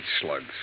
slugs